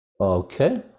okay